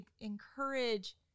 encourage